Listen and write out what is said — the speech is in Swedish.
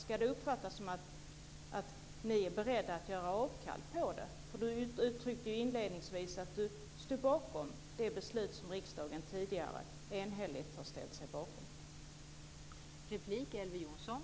Ska det uppfattas så att ni är beredda att göra avkall på det? Elver Jonsson uttryckte inledningsvis att han står bakom det beslut som riksdagen tidigare enhälligt har ställt sig bakom.